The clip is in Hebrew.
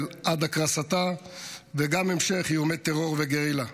עד הקרסתה וגם המשך איומי טרור וגרילה.